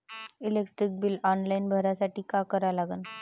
Electric bill online भरासाठी का करा लागन?